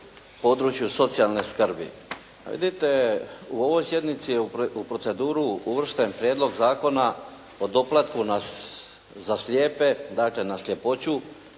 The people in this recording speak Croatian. području socijalne skrbi. Vidite u ovoj sjednici je u proceduru uvršten Prijedlog zakona o doplatku za slijepe, dakle, na sljepoću